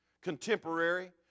contemporary